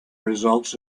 results